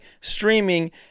streaming